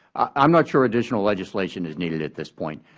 i am not sure additional legislation is needed at this point.